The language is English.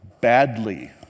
Badly